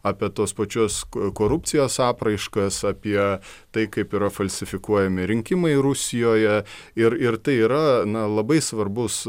apie tos pačios korupcijos apraiškas apie tai kaip yra falsifikuojami rinkimai rusijoje ir ir tai yra na labai svarbus